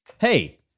Hey